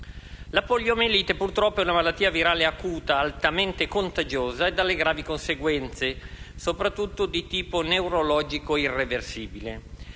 La poliomielite, purtroppo, è una malattia virale acuta, altamente contagiosa e dalle gravi conseguenze, soprattutto di tipo neurologico irreversibile.